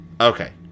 Okay